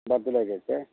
birth day cake